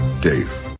dave